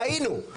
טעינו.